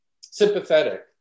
sympathetic